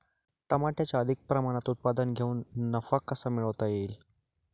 टमाट्याचे अधिक प्रमाणात उत्पादन घेऊन नफा कसा मिळवता येईल?